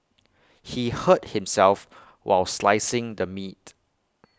he hurt himself while slicing the meat